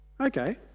Okay